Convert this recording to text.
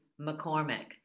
McCormick